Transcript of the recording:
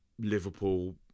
Liverpool